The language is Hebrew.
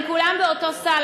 הם כולם באותו סל,